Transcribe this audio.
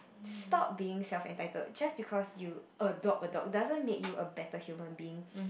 stop being self entitled just because you adopt a dog doesn't make you a better human being